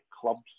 clubs